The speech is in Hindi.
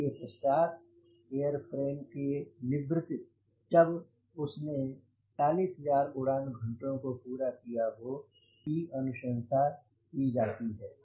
इस के पश्चात् एयर फ्रेम के निवृत्ति जब उसने 40000 उड़ान घंटों को पूरा किया हो की अनुशंसा की जाती है